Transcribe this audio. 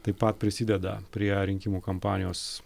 taip pat prisideda prie rinkimų kampanijos